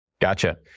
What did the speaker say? Gotcha